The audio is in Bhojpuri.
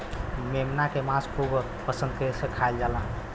मेमना के मांस खूब पसंद से खाएलन